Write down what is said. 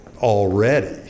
already